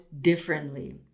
differently